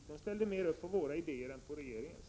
Deltagarna ställde upp mer på våra idéer än på regeringens.